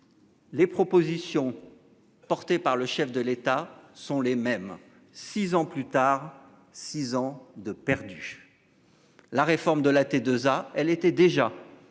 Les propositions portées par le chef de l'État sont les mêmes. 6 ans plus tard 6 ans de perdus. La réforme de la T2A, elle était déjà dans